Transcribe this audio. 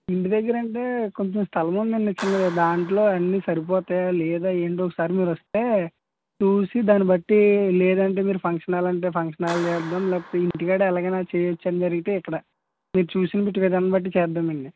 ఇంటి దగ్గర అంటే కొంచం స్థలం ఉందండి చిన్నది దాంట్లో అన్ని సరిపోతాయో లేదో ఏందో ఒకసారి మీరు వస్తే చూసి దాని బట్టి లేదంటే మీరు ఫంక్షన్ హాల్ అంటే ఫంక్షన్ హాల్ చేద్దాం లేకపోతే ఇంటికాడ ఎలాగైన చేయొచ్చు అన్నారంటే ఇక్కడ మీరు చూసి దాని బట్టి చేద్దామండి